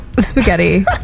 Spaghetti